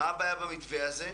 מה הבעיה במתווה הזה?